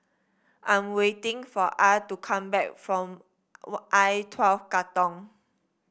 I'm waiting for Ah to come back from I twelve Katong